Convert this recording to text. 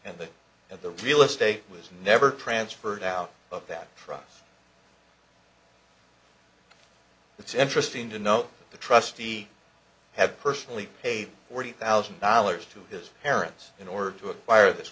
and the and the real estate was never transferred out of that truck it's interesting to know the trustee had personally paid forty thousand dollars to his parents in order to acquire